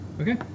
okay